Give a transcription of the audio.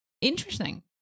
Interesting